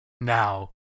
now